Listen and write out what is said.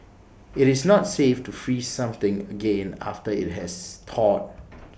IT is not safe to freeze something again after IT has thawed